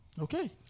Okay